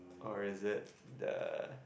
or is it the